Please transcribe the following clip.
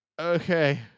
Okay